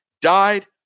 died